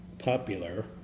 popular